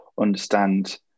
understand